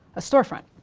a storefront.